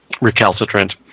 recalcitrant